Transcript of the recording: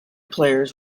players